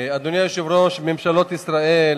אדוני היושב-ראש, ממשלות ישראל